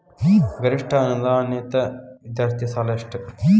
ಗರಿಷ್ಠ ಅನುದಾನಿತ ವಿದ್ಯಾರ್ಥಿ ಸಾಲ ಎಷ್ಟ